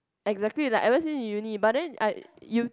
exactly like ever seen in uni but then I